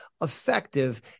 effective